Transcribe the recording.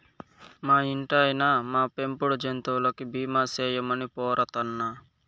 మా ఇంటాయినా, మా పెంపుడు జంతువులకి బీమా సేయమని పోరతన్నా